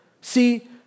See